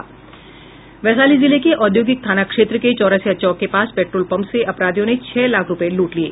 वैशाली जिले के औद्योगिक थाना क्षेत्र के चौरसिया चौक के पास पेट्रोल पंप से अपराधियों ने छह लाख रूपये लूट लिये